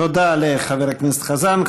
תודה לחבר הכנסת חזן.